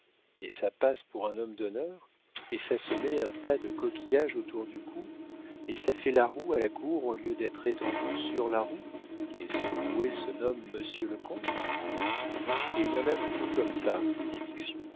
et ça passe pour un homme d'honneur et ça se met un tas de coquillages autour du cou et ça fait la roue à la cour au lieu d'être étendu sur la roue et ce roué se nomme monsieur le comte et il y en a beaucoup comme ça